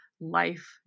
life